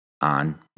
on